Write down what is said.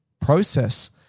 process